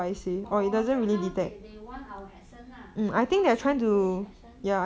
orh so now they they want our accent lah so called singlish accent